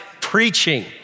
preaching